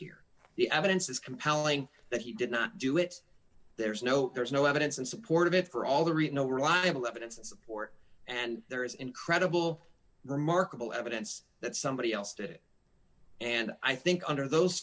here the evidence is compelling that he did not do it there's no there's no evidence in support of it for all the reason no reliable evidence to support and there is incredible remarkable evidence that somebody else did it and i think under those